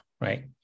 right